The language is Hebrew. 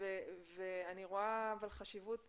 אני כן רואה חשיבות